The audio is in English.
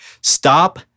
stop